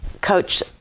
Coach